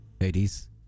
Ladies